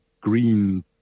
green